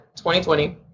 2020